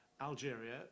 Algeria